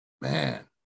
man